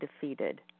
defeated